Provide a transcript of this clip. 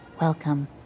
Welcome